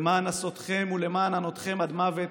/ למען נסותכם ולמען ענותכם עד מוות,